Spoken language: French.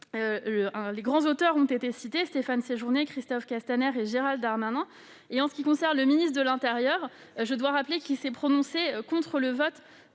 grands auteurs ont été cités : Stéphane Séjourné, Christophe Castaner, Gérald Darmanin ... En ce qui concerne le ministre de l'intérieur, je dois rappeler que, s'il s'est prononcé contre le vote